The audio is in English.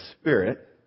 Spirit